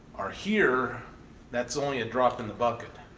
are here that's only a drop in the bucket.